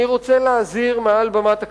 אני רוצה להזהיר מעל במת הכנסת: